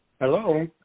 Hello